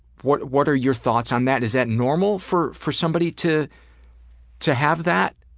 what what are your thoughts on that? is that normal for for somebody to to have that?